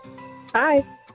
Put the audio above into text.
Hi